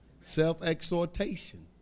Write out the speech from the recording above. self-exhortation